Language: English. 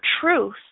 truth